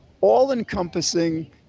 all-encompassing